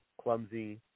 clumsy